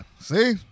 See